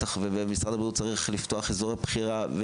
משרד הבריאות צריך לפתוח אזורי בחירה,